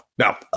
Now